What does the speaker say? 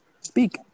Speak